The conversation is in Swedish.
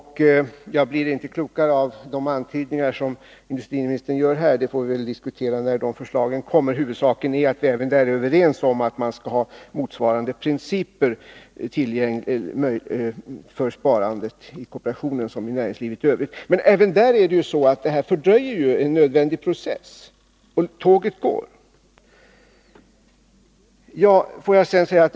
Jag blir inte klokare av de antydningar som industriministern här gör. Vi får diskutera det när förslaget kommer. Huvudsaken är att vi även där är överens om att vi skall ha motsvarande principer inom kooperationen som i näringslivet i övrigt. Men också där är det så att det här fördröjer en nödvändig process, och tåget går.